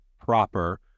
proper